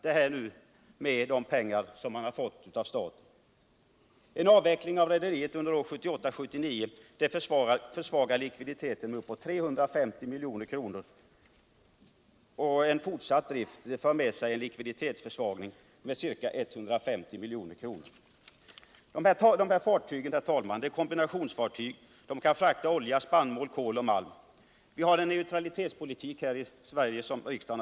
Det som nu håller på att hända med 30 maj 1978 Gringes Shipping kan på sikt leda till att Sveriges ställning som sjöfartsnation hotas. Vi har under lång tid byggt upp bl.a. vår malm och stålexport och har varit beroende av en oljeimport och därmed också av en transportapparat, som är specialiserad på dessa för samhällsekonomin viktiga områden. Vi hari vårt land byggt upp betydande know-how inom rederirörelsen, och det är ett slöseri att inte utnyttja detta kunnande på rätt sätt. Frågan gäller kanske egentligen om vi har råd att i det kortsiktiga perspektivet tillåta en utförsäljning av en så viktig delav vår transportapparat. Har vi råd med det?